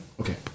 Okay